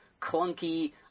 clunky